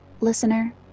listener